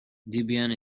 debian